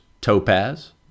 Topaz